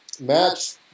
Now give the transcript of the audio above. match